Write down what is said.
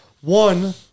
one